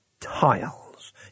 Tiles